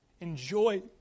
enjoy